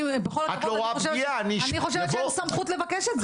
בכל הכבוד אני חושבת שאין סמכות לבקש את זה.